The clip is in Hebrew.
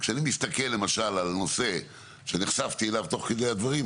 כשאני מסתכל למשל על נושא שנחשפתי אליו תוך כדי הדברים,